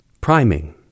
priming